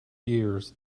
years